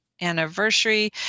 anniversary